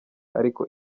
ariko